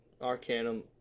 Arcanum